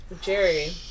jerry